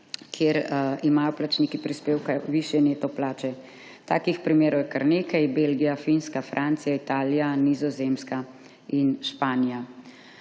kjer imajo plačniki prispevka višje neto plače. Takih primerov je kar nekaj: Belgija, Finska, Francija, Italija, Nizozemska in Španija.